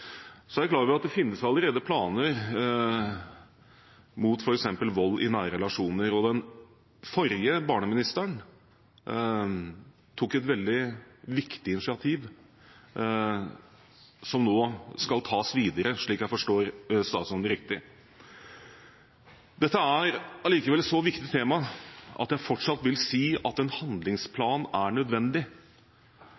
er klar over at det allerede finnes planer mot f.eks. vold i nære relasjoner, og den forrige barneministeren tok et veldig viktig initiativ som nå skal tas videre, om jeg forstår statsråden riktig. Dette er likevel et så viktig tema at jeg fortsatt vil si at en